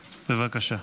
בבקשה.